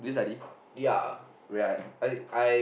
did you study wait ah